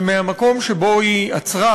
ומהמקום שבו היא עצרה,